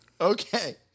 Okay